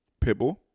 Pibble